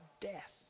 death